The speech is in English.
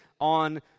on